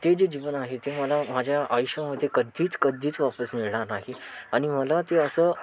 ते जे जीवन आहे ते मला माझ्या आयुष्यामध्ये कध्धीच कध्धीच वापीस मिळणार नाही आणि मला ते असं